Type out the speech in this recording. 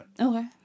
Okay